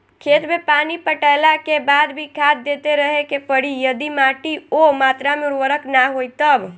खेत मे पानी पटैला के बाद भी खाद देते रहे के पड़ी यदि माटी ओ मात्रा मे उर्वरक ना होई तब?